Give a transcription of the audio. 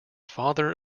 father